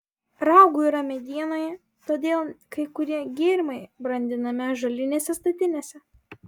raugų yra medienoje todėl kai kurie gėrimai brandinami ąžuolinėse statinėse